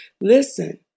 Listen